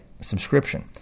subscription